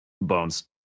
Bones